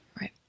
right